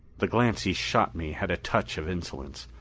the glance he shot me had a touch of insolence.